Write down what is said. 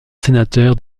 sénateur